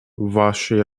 вашей